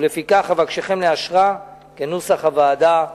ולפיכך אבקשכם לאשרה כנוסח הוועדה.